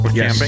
Yes